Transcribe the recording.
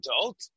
adult